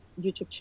YouTube